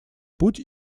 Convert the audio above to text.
путь